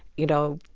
you know,